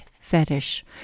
fetish